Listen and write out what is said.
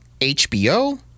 HBO